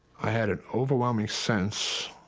i had an overwhelming sense